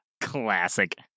Classic